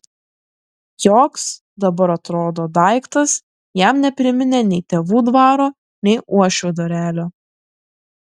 joks dabar atrodo daiktas jam nepriminė nei tėvų dvaro nei uošvių dvarelio